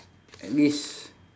at least